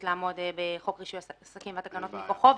לעמוד בחוק רישוי עסקים והתקנות מתוכו.